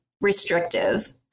restrictive